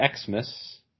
Xmas